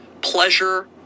pleasure